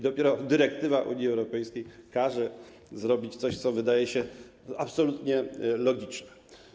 Dopiero dyrektywa Unii Europejskiej każe zrobić coś, co wydaje się absolutnie logiczne.